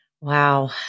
Wow